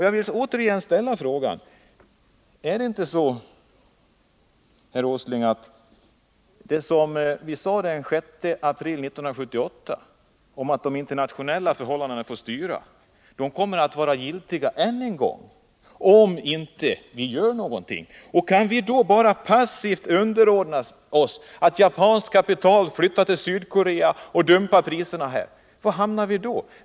Jag vill därför återigen ställa frågan: Är det inte så, herr Åsling, att det som vi sade den 6 april 1978 om att de internationella förhållandena får styra, kommer att vara giltigt ännu en gång, om vi inte gör någonting? Kan vi då bara passivt underordna oss det faktum att japanerna flyttar kapital till Sydkorea och dumpar våra priser? Var hamnar vi då?